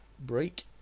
break